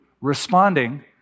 responding